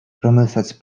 რომელსაც